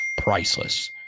priceless